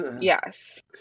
Yes